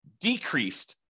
decreased